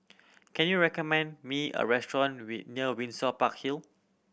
can you recommend me a restaurant near Windsor Park Hill